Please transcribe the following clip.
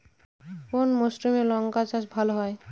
কোন মরশুমে লঙ্কা চাষ ভালো হয়?